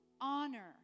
honor